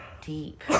deep